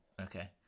Okay